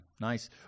Nice